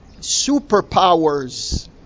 superpowers